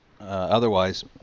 otherwise